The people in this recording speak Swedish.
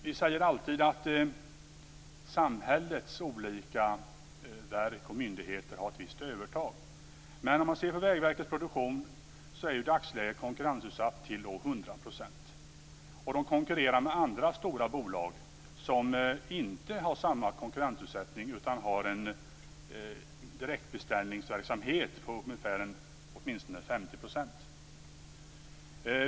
Vi säger alltid att samhällets olika verk och myndigheter har ett visst övertag. Men om man ser på Vägverket Produktion så är det i dagsläget konkurrensutsatt till hundra procent. De konkurrerar med andra stora bolag som inte har samma konkurrensutsättning utan som har en direktbeställningsverksamhet på åtminstone 50 %.